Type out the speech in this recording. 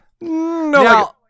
no